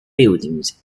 buildings